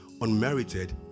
unmerited